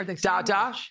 Dada